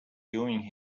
doing